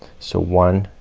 so one,